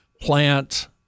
plant